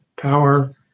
power